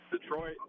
Detroit